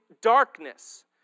darkness